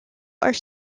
are